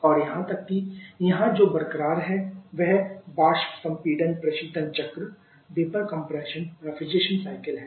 और यहां तक कि यहां जो बरकरार है वह वाष्प संपीड़न प्रशीतन चक्र है